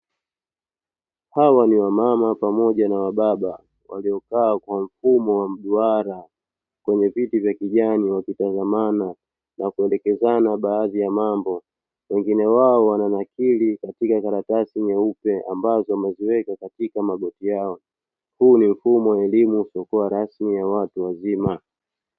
Hawa ni wamama pamoja na wababa waliokaa kwa mfumo wa mduara kwenye viti vya kijani wakichangamana na kuelekezana baadhi ya mambo, wengine wao wananakili katika karatasi nyeupe ambazo wameziweka katika magoti yao. Huu ni mfumo wa elimu usiokuwa rasmi ya watu wazima.